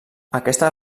aquesta